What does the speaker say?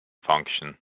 function